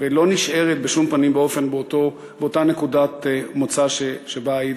ולא נשארת בשום פנים ואופן באותה נקודת מוצא שבה היית.